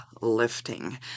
lifting